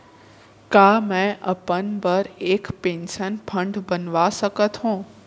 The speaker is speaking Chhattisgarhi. का मैं अपन बर एक पेंशन फण्ड बनवा सकत हो?